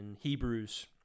Hebrews